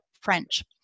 French